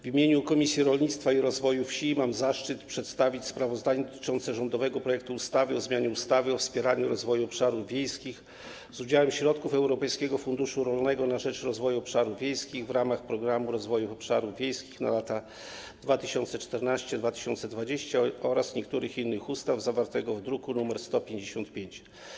W imieniu Komisji Rolnictwa i Rozwoju Wsi mam zaszczyt przedstawić sprawozdanie dotyczące rządowego projektu ustawy o zmianie ustawy o wspieraniu rozwoju obszarów wiejskich z udziałem środków Europejskiego Funduszu Rolnego na rzecz Rozwoju Obszarów Wiejskich w ramach Programu Rozwoju Obszarów Wiejskich na lata 2014–2020 oraz niektórych innych ustaw, zawartego w druku nr 155.